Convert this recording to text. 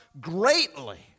greatly